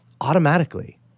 automatically